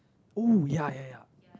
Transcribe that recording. !ooh! ya ya ya